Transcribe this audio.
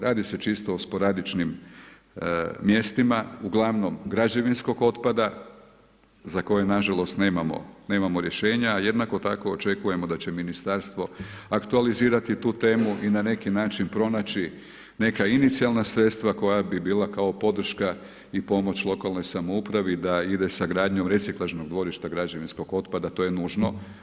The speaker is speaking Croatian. Radi se čisto o sporadičnim mjestima uglavnom građevinskog otpada za koje nažalost nemamo rješenja, jednako tako očekujemo da će ministarstvo aktualizirati tu temu i na neki način neka inicijalna sredstva koja bi bila kao podrška i pomoć lokalnoj samoupravi da ide sa gradnjom reciklažnog dvorišta građevinskog otpada, to je nužno.